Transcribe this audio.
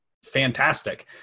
fantastic